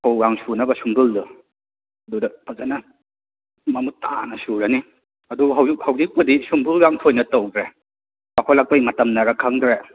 ꯐꯧꯀ ꯁꯨꯅꯕ ꯁꯨꯝꯕꯜꯗꯣ ꯑꯗꯨꯗ ꯐꯖꯅ ꯃꯃꯨꯠ ꯇꯥꯅ ꯁꯨꯔꯅꯤ ꯑꯗꯨꯒ ꯍꯧꯖꯤꯛ ꯍꯧꯖꯤꯛꯄꯨꯗꯤ ꯁꯨꯝꯕ ꯌꯥꯝ ꯊꯣꯏꯅ ꯇꯧꯗ꯭ꯔꯦ ꯆꯥꯎꯈꯠꯂꯛꯄꯩ ꯃꯇꯝꯅꯔꯥ ꯈꯪꯗ꯭ꯔꯦ